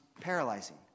paralyzing